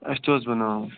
اسہِ تہِ اوس بناوُن